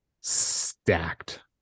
Stacked